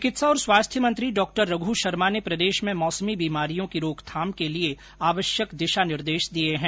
चिकित्सा और स्वास्थ्य मंत्री डॉ रघ् शर्मा ने प्रदेश में मौसमी बीमारियों की रोकथाम के लिए आवश्यक दिशा निर्देश दिए है